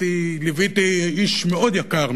ליוויתי איש מאוד יקר,